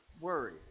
worry